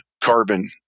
carbon